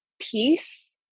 peace